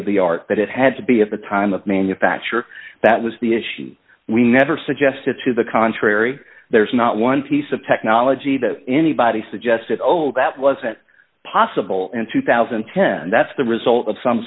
of the art that it had to be at the time of manufacture that was the issue we never suggested to the contrary there's not one piece of technology that anybody suggested oh that wasn't possible in two thousand and ten that's the result of some